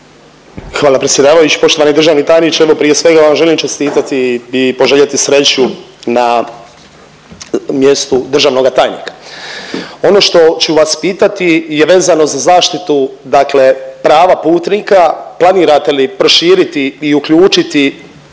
Hvala predsjedavajući. Poštovani državni tajniče evo prije svega vam želim čestitati i poželjeti sreću na mjestu državnoga tajnika. Ono što ću vas pitati je vezano za zaštitu dakle prava putnika, planirate li proširiti i uključiti